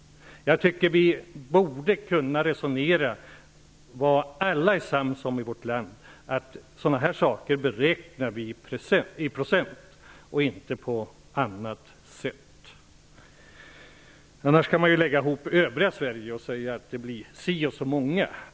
Jag tycker att vi borde kunna resonera utifrån de principer som alla är eniga om i vårt land, att sådana här saker beräknar vi i procent och inte på annat sätt. Annars kan man lägga ihop övriga Sverige och säga att det blir si och så många.